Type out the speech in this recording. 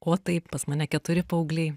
o taip pas mane keturi paaugliai